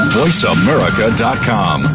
voiceamerica.com